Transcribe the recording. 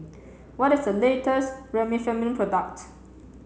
what is the latest Remifemin product